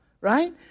right